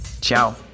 ciao